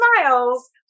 smiles